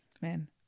Men